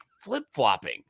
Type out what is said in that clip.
flip-flopping